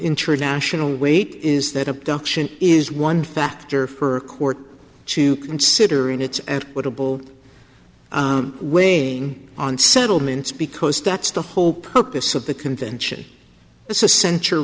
international weight is that abduction is one factor for a court to consider and it's and what a bull wing on settlements because that's the whole purpose of the convention center